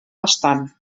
bastant